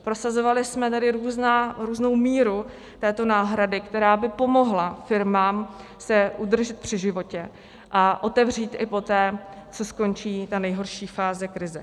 Prosazovali jsme tady různou míru této náhrady, která by pomohla firmám se udržet při životě a otevřít i poté, co skončí ta nejhorší fáze krize.